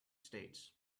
states